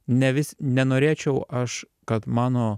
ne vis nenorėčiau aš kad mano